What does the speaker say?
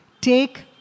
Take